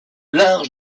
large